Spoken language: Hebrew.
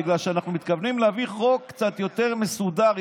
בגלל שאנחנו מתכוונים להביא חוק קצת יותר מסודר,